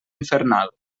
infernal